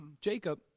Jacob